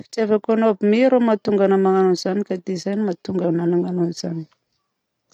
Fitiavako anao mi rô mahatonga anahy magnano an'izany ka dia zany no mahatonga anahy magnano an'izany.